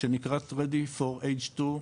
שנקראת Ready for H2,